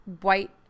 white